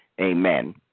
Amen